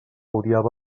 odiava